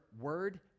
word